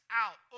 out